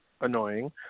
annoying